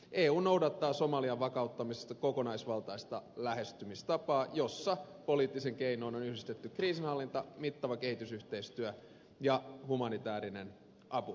eu noudattaa somalian vakauttamisessa kokonaisvaltaista lähestymistapaa jossa poliittisiin keinoihin on yhdistetty kriisinhallinta mittava kehitysyhteistyö ja humanitäärinen apu